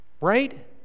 right